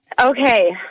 Okay